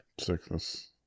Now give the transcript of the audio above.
Sickness